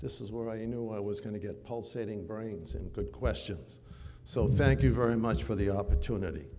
this is where i knew i was going to get pulsating brains and good questions so thank you very much for the opportunity